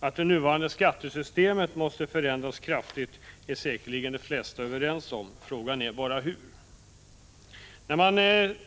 Att det nuvarande skattesystemet måste förändras kraftigt är säkerligen de flesta överens om — frågan är bara hur.